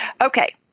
Okay